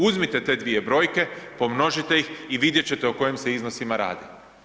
Uzmite te dvije brojke, pomnožite ih i vidjet ćete o kojim se iznosima radi.